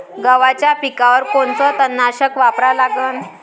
गव्हाच्या पिकावर कोनचं तननाशक वापरा लागन?